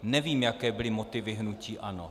Nevím, jaké byly motivy hnutí ANO.